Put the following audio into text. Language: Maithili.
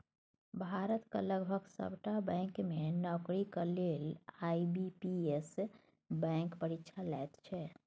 भारतक लगभग सभटा बैंक मे नौकरीक लेल आई.बी.पी.एस बैंक परीक्षा लैत छै